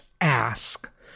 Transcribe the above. ask